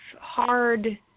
hard